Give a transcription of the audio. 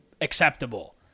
acceptable